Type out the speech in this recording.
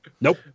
Nope